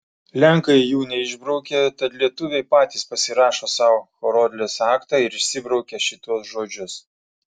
lenkai jų neišbraukė tad lietuviai patys pasirašo sau horodlės aktą ir išsibraukia šituos žodžius